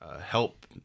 help